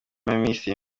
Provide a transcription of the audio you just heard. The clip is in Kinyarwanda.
y‟abaminisitiri